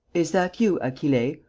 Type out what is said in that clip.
is that you, achille.